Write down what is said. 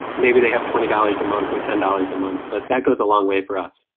maybe they have twenty dollars a month or ten dollars a month, but that goes a long way for us.